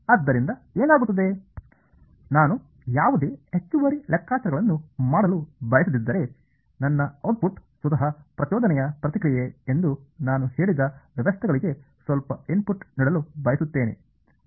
ಆದ್ದರಿಂದ ಏನಾಗುತ್ತದೆ ನಾನು ಯಾವುದೇ ಹೆಚ್ಚುವರಿ ಲೆಕ್ಕಾಚಾರಗಳನ್ನು ಮಾಡಲು ಬಯಸದಿದ್ದರೆ ನನ್ನ ಔಟ್ ಪುಟ್ ಸ್ವತಃ ಪ್ರಚೋದನೆಯ ಪ್ರತಿಕ್ರಿಯೆ ಎಂದು ನಾನು ಹೇಳಿದ ವ್ಯವಸ್ಥೆಗಳಿಗೆ ಸ್ವಲ್ಪ ಇನ್ಪುಟ್ ನೀಡಲು ಬಯಸುತ್ತೇನೆ